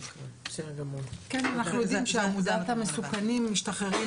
אנחנו יודעים שעמודת המסוכנים משתחררים